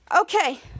Okay